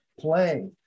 play